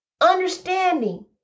understanding